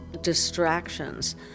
distractions